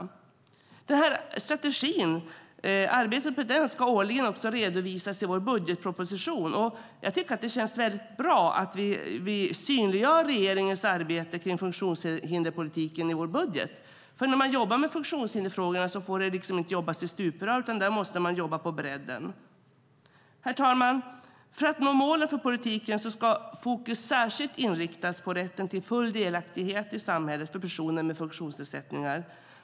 Arbetet med strategin ska årligen redovisas i vår budgetproposition, och det känns mycket bra att vi synliggör regeringens arbete kring funktionshinderspolitiken i vår budget. När man jobbar med funktionshindersfrågorna får man inte jobba i stuprör, utan man måste jobba på bredden. Herr talman! För att nå målen för politiken ska fokus särskilt inriktas på rätten till full delaktighet i samhället för personer med funktionsnedsättningar.